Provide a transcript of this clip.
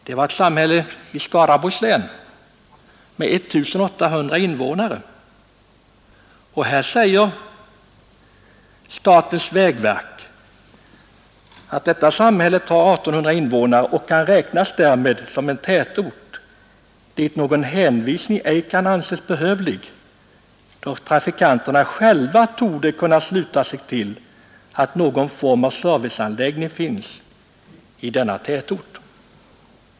Det var ett samhälle i Skaraborgs län med 1 800 invånare. I det fallet säger statens vägverk att detta samhälle har 1 800 invånare och kan därmed räknas som en tätort dit någon hänvisning ej kan anses behövlig, då trafikanterna själva torde kunna sluta sig till att någon form av serviceanläggning finns i denna tätort.